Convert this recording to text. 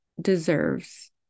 deserves